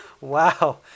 Wow